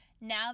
now